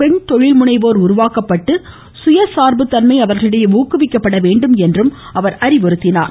பெண் தொழில்முனைவோர்கள் உருவாக்கப்பட்டு சுயசாா்புத்தன்மை உலக அளவில் அவர்களிடையே ஊக்குவிக்கப்பட வேண்டும் என்றும் அவர் அறிவுறுத்தினார்